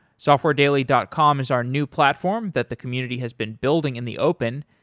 softwaredaily dot com is our new platform that the community has been building in the open.